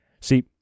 See